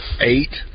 eight